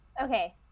Okay